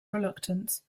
reluctance